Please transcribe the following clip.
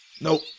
Nope